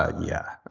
ah yeah.